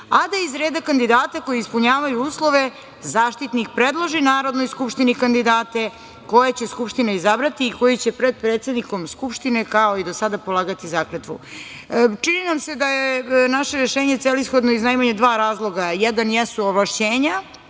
a da iz reda kandidata koji ispunjavaju uslove Zaštitnik predloži Narodnoj skupštini kandidate koje će Skupština izabrati i koji će pred predsednikom Skupštine, kao i do sada, polagati zakletvu. Čini nam se da je naše rešenje celishodno iz najmanje dva razloga, jedan jesu ovlašćenja